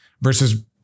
versus